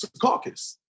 caucus